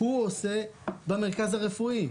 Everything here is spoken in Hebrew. הוא עושה במרכז הרפואי.